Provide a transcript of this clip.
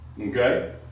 okay